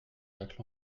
jacques